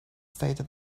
stated